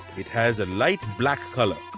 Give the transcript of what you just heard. it has light black colour.